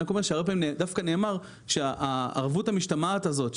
אני רק אומר שהרבה פעמים דווקא נאמר שהערבות המשתמעת הזאת,